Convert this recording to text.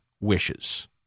wishes